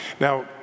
Now